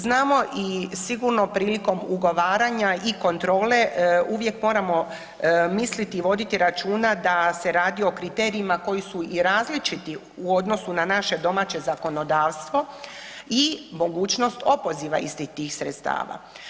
Znamo i sigurno prilikom ugovaranja i kontrole uvijek moramo misliti i voditi računa da se radi o kriterijima koji su i različiti u odnosu na naše domaće zakonodavstvo i mogućnost opoziva istih tih sredstava.